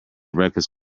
breakfast